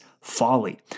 folly